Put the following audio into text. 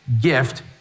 gift